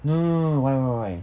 no no no no why why why why